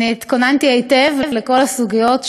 התכוננתי היטב לכל הסוגיות שהעלית.